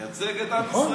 היא מייצגת את עם ישראל,